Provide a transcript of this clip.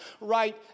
right